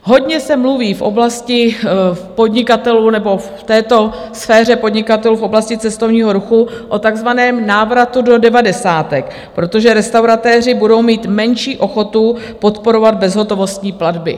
Hodně se mluví v oblasti podnikatelů, nebo v této sféře podnikatelů v oblasti cestovního ruchu, o takzvaném návratu do devadesátek, protože restauratéři budou mít menší ochotu podporovat bezhotovostní platby.